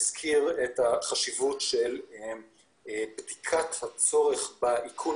הזכיר את החשיבות של בדיקת הצורך באיכון